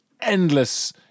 endless